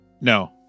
No